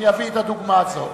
אני אביא את הדוגמה הזאת.